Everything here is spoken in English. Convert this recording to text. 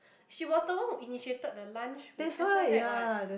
she was the one who initiated the lunch with S_I_Z what